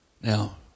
Now